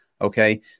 Okay